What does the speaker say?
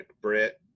Brett